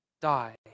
die